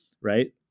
right